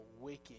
wicked